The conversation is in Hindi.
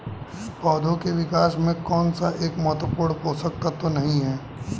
पौधों के विकास में कौन सा एक महत्वपूर्ण पोषक तत्व नहीं है?